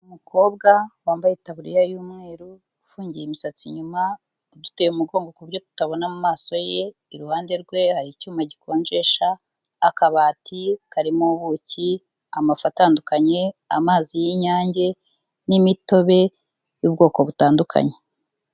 Umukobwa wambaye itaburiya y'umweru ufungiye imisatsi inyuma, uduteye umugongo ku buryo tutabona amaso ye, iruhande rwe hari icyuma gikonjesha, akabati karimo ubuki, amafi atandukanye, amazi y'inyange n'imitobe y'ubwoko butandukanye.